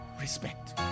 Respect